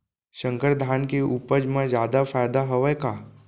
संकर धान के उपज मा जादा फायदा हवय का?